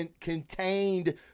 contained